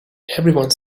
everyone